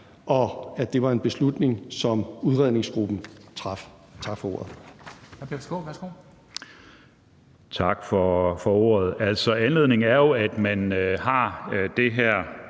og at det var en beslutning, som udredningsgruppen traf. Tak for ordet.